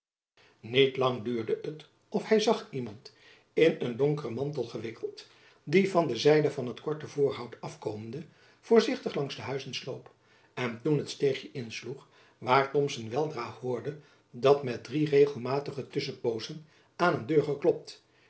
niet lang duurde het of hy zag iemand in een donkeren mantel gewikkeld die van de zijde van t korte voorhout afkomende voorzichtig langs de huizen sloop en toen het steegjen insloeg waar thomson weldra hoorde dat met drie regelmatige tusschen poozen aan een deur geklopt